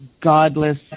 godless